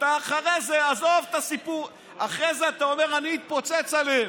אחרי זה אתה אומר: אני אתפוצץ עליהם,